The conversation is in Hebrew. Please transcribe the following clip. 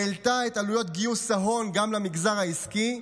והעלתה את עלויות גיוס ההון גם למגזר העסקי,